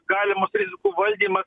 galimas rizikų valdymas